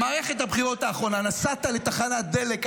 במערכת הבחירות האחרונה נסעת לתחנת דלק,